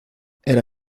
era